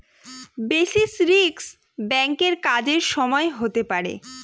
basis risk ব্যাঙ্কের কাজের সময় হতে পারে